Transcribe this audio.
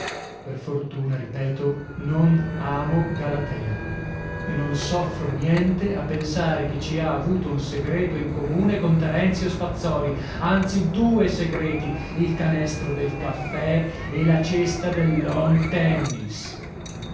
per fortuna ripeto non amo galatea e non soffro niente a pensare che ci ha avuto un segreto in comune con terenzio spazzòli anzi due segreti il canestro del caffè e la cesta del lawn tennis